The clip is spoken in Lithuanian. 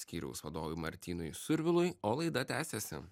skyriaus vadovui martynui survilui o laida tęsiasi